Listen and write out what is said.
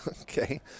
Okay